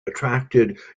attracted